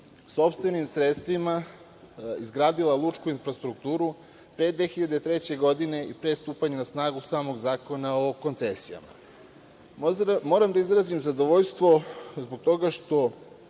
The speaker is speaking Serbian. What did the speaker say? sopstvenim sredstvima izgradila lučku infrastrukturu pre 2003. godine i pre stupanja na snagu samog Zakona o koncesijama. Moram da izrazim zadovoljstvo zbog toga što